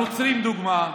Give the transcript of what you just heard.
הנוצרים, לדוגמה,